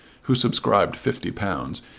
who subscribed fifty pounds,